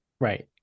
Right